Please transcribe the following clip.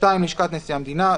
(2)לשכת נשיא המדינה,